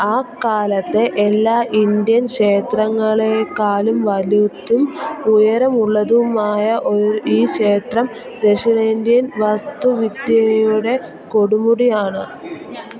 ആ കാലത്തെ എല്ലാ ഇന്ത്യൻ ക്ഷേത്രങ്ങളേക്കാളും വലുതും ഉയരമുള്ളതുമായ ഒരു ഈ ക്ഷേത്രം ദക്ഷിണേന്ത്യൻ വാസ്തു വിദ്യയുടെ കൊടുമുടി ആണ്